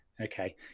okay